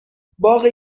باغ